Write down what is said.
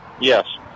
Yes